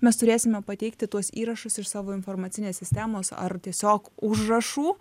mes turėsime pateikti tuos įrašus iš savo informacinės sistemos ar tiesiog užrašų